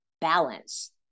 balance